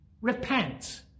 Repent